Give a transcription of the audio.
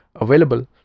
available